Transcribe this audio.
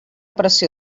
pressió